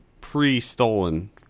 pre-stolen